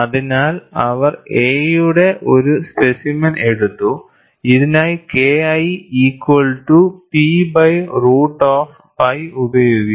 അതിനാൽ അവർ A യുടെ ഒരു സ്പെസിമെൻ എടുത്തു ഇതിനായി KI equal to P by root of pi ഉപയോഗിച്ച്